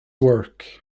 work